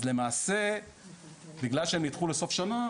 אז בגלל שהן נדחו לסוף השנה,